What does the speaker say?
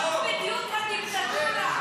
זאת בדיוק הדיקטטורה,